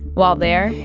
while there.